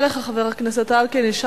חבר הכנסת אלקין, אני מודה לך.